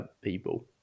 People